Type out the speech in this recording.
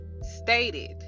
stated